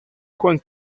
juan